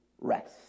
rest